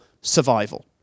survival